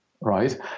right